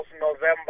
November